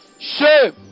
Shame